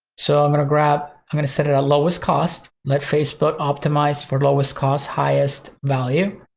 so i'm gonna grab, i'm gonna set it at lowest cost, let facebook optimize for lowest cost highest value,